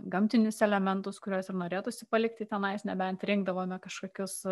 gamtinius elementus kuriuos ir norėtųsi palikti tenai nebent rinkdavome kažkokius